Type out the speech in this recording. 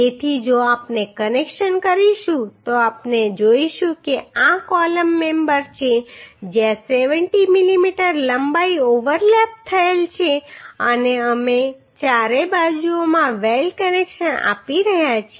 તેથી જો આપણે કનેક્શન કરીશું તો આપણે જોઈશું કે આ કોલમ મેમ્બર છે જ્યાં 70 મીમી લંબાઈ ઓવરલેપ થયેલ છે અને અમે ચારે બાજુઓમાં વેલ્ડ કનેક્શન આપી રહ્યા છીએ